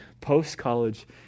post-college